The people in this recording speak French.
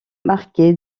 marqué